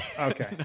Okay